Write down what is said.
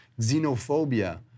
xenophobia